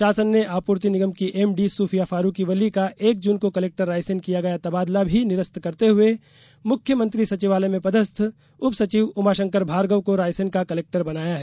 शासन ने आपूर्ति निगम की एमडी सूफिया फारुकी वली का एक जून को कलेक्टर रायसेन किया गया तबादला भी निरस्त करते हुए मुख्यमंत्री सचिवालय में पदस्थ उप सचिव उमाशंकर भार्गव को रायसेन का कलेक्टर बनाया गया है